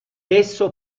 esso